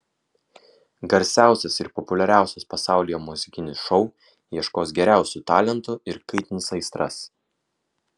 garsiausias ir populiariausias pasaulyje muzikinis šou ieškos geriausių talentų ir kaitins aistras